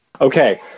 Okay